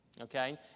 Okay